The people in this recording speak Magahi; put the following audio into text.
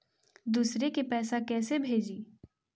दुसरे के पैसा कैसे भेजी?